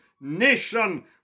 nation